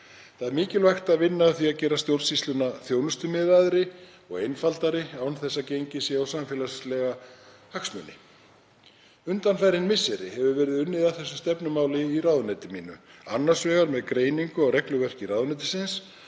Mikilvægt er að vinna að því að gera stjórnsýsluna þjónustumiðaðri og einfaldari án þess að gengið sé á samfélagslega hagsmuni. Undanfarin misseri hefur verið unnið að þessu stefnumáli í ráðuneyti mínu, annars vegar með greiningu á regluverki ráðuneytisins